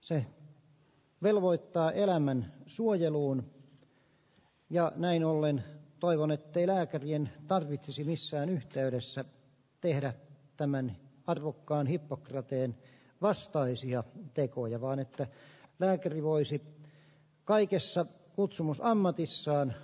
se velvoittaa elämän suojeluun ja näin ollen toivon ettei lääkärien tarvitsisi missään yhteydessä tehdä tämän arvokkaan hippokrateen vastaisia tekoja vaan että lääkäri voisi kaikessa kutsumusammatissaan